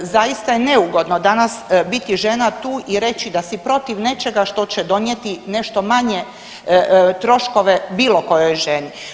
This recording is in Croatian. Zaista je neugodno danas biti žena tu i reći da si protiv nečega što će donijeti nešto manje troškove bilo kojoj ženi.